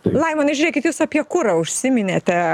laimonai žiūrėkit jūs apie kurą užsiminėte